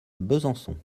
besançon